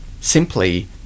Simply